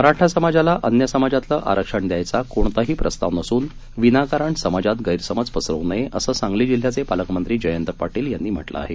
मराठा समाजाला अन्य समाजातलं आरक्षण द्यायचा कोणताही प्रस्ताव नसून विनाकारण समाजात गैरसमज पसरवू नये असं सांगली जिल्ह्याचे पालकमंत्री जयंत पाटील यांनी म्हटलं आहे